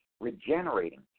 regenerating